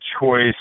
choice